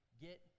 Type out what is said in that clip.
get